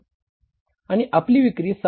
आणि आपली विक्री 7